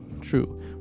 true